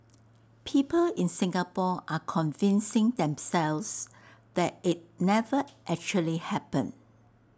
people in Singapore are convincing themselves that IT never actually happened